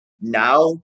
Now